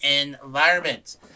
environment